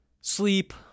sleep